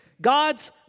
God's